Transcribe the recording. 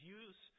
use